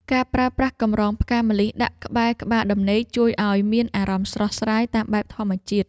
ការប្រើប្រាស់កំរងផ្កាម្លិះដាក់ក្បែរក្បាលដំណេក ជួយឱ្យមានអារម្មណ៍ស្រស់ស្រាយតាមបែបធម្មជាតិ។